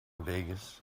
vegas